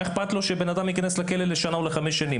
מה איכפת לו שבן-אדם ייכנס לכלא לשנה או לחמש שנים,